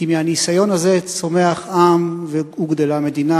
כי מהניסיון הזה צומח עם וגדלה מדינה.